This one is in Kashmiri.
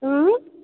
اۭں